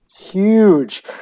Huge